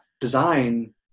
design